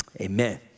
Amen